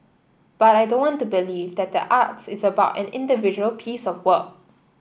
but I don't want to believe that the arts is about an individual piece of work